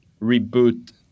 reboot